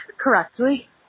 correctly